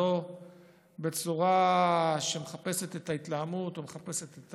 לא בצורה שמחפשת את ההתלהמות או מחפשת את